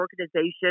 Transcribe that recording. organization